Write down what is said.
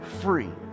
free